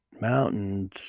mountains